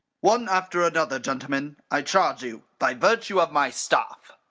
one after another, gentlemen, i charge you, by virtue of my staff.